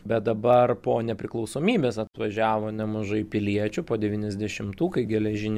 bet dabar po nepriklausomybės atvažiavo nemažai piliečių po devyniasdešimtų kai geležinė